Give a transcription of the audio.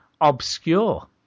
Obscure